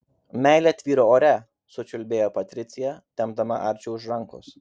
meilė tvyro ore sučiulbėjo patricija tempdama arčį už rankos